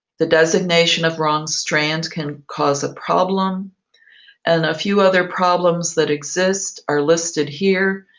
the designation of wrong strand can cause a problem and a few other problems that exist are listed here.